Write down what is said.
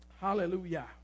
Hallelujah